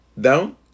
down